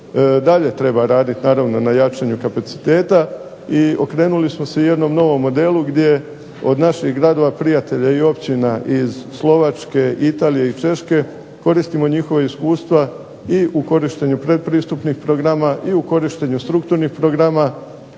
Dalje treba raditi naravno na jačanju kapaciteta i okrenuli smo se jednom novom modelu gdje od naših gradova prijatelja i općina iz Slovačke, Italije i Češke koristimo njihova iskustva i u korištenju predpristupnih programa i u korištenju strukturnih programa